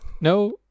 No